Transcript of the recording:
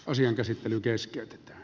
asian käsittely keskeytetään